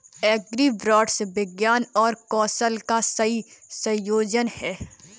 agribots विज्ञान और कौशल का सही संयोजन हैं